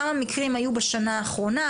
כמה מקרים היו בשנה האחרונה,